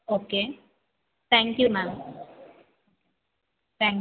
okay thank you ma'am thank you